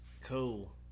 Cool